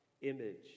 image